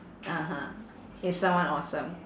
(uh huh) it's someone awesome